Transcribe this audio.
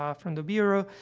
um from the bureau,